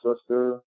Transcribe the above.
sister